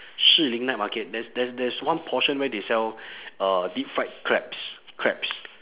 士林 night market there's there's there's one portion where they sell uh deep fried crabs crabs